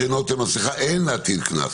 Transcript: שאינו עוטה מסכה אין להטיל קנס.